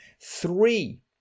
Three